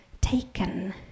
taken